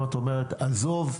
אם את אומרת עזוב,